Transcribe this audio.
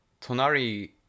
Tonari